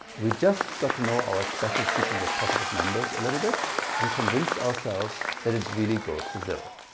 we just got to know our special sequence of positive numbers a little bit and convinced ourselves that it really goes to zero.